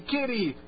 Kitty